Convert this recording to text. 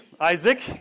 Isaac